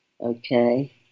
Okay